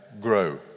grow